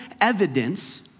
evidence